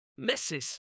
Mrs